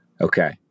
Okay